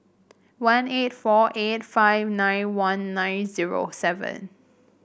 one eight four eight five nine one nine zero seven